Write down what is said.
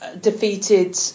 defeated